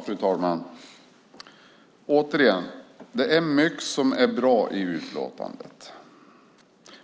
Fru talman! Återigen: Det är mycket som är bra i utlåtandet.